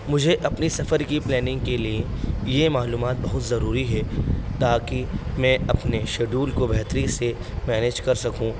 مجھے اپنی سفر کی پلینگ کے لیے یہ معلومات بہت ضروری ہے تاکہ میں اپنے شیڈیول کو بہتری سے مینج کر سکوں